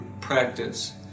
practice